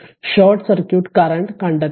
short circuit current കണ്ടെത്തണം